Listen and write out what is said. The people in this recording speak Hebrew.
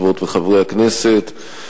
חברות וחברי הכנסת,